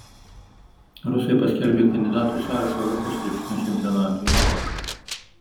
rusai paskelbė kandidatų sąrašą europos krepšinio čempionatui